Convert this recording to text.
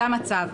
זה המצב.